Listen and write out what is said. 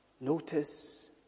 notice